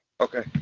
Okay